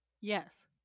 Yes